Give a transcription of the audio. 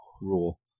rule